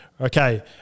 Okay